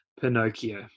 Pinocchio